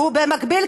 ובמקביל,